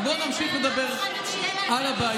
אז בואו נגדיר, אז בואו נמשיך לדבר על הבעיות.